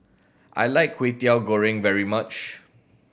I like Kwetiau Goreng very much